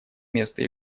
места